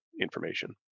information